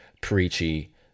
preachy